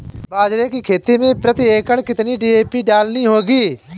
बाजरे की खेती में प्रति एकड़ कितनी डी.ए.पी डालनी होगी?